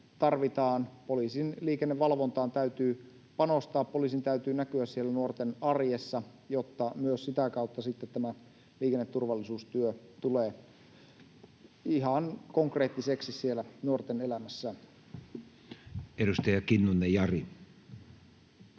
Poliisin liikennevalvontaan täytyy panostaa. Poliisin täytyy näkyä siellä nuorten arjessa, jotta myös sitä kautta tämä liikenneturvallisuustyö tulee ihan konkreettiseksi siellä nuorten elämässä. Edustaja Kinnunen, Jari.